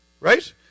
Right